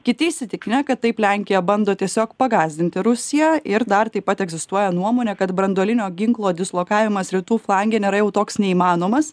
kiti įsitikinę kad taip lenkija bando tiesiog pagąsdinti rusiją ir dar taip pat egzistuoja nuomonė kad branduolinio ginklo dislokavimas rytų flange nėra jau toks neįmanomas